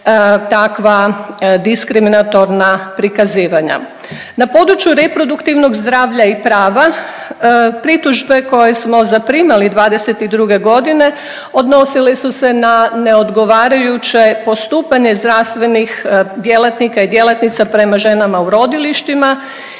takva diskriminatorna prikazivanja. Na području reproduktivnog zdravlja i prava pritužbe koje smo zaprimili '22. godine odnosili su se na neodgovarajuće postupanje zdravstvenih djelatnika i djelatnica prema ženama u rodilištima